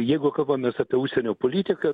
jeigu kalbam mes apie užsienio politiką